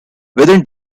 within